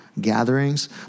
gatherings